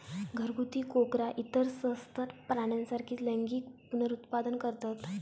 घरगुती कोकरा इतर सस्तन प्राण्यांसारखीच लैंगिक पुनरुत्पादन करतत